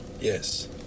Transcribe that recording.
Yes